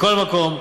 מכל מקום,